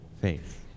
faith